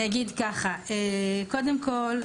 קודם כל,